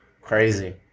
Crazy